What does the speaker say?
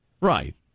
Right